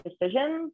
decisions